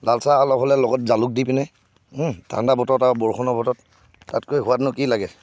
লাল চাহ অলপ হ'লে লগতে জালুক দি পিনে ঠাণ্ডা বতৰত আৰু বৰষুণৰ বতৰত তাতকৈ সোৱাদনো কি লাগে